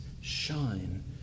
shine